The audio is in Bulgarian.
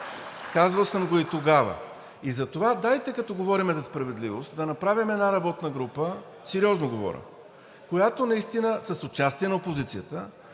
казвал съм го и тогава. И затова дайте, като говорим за справедливост, да направим една работна група, сериозно говоря, с участие на опозицията,